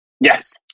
Yes